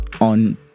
on